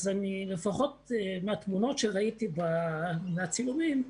לפחות מהתמונות שראיתי מהצילומים,